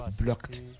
blocked